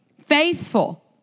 faithful